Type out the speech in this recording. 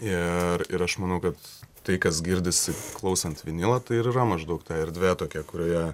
ir ir aš manau kad tai kas girdisi klausant vinilą tai ir yra maždaug ta erdvė tokia kurioje